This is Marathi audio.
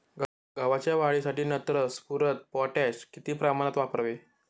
गव्हाच्या वाढीसाठी नत्र, स्फुरद, पोटॅश किती प्रमाणात वापरावे?